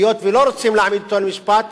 היות שלא רוצים להעמיד אותו למשפט,